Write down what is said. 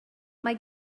mae